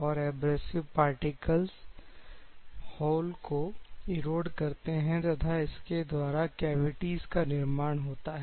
और abrasive particles hole को erode करते हैं तथा इसके द्वारा कैविटीज़ का निर्माण होता है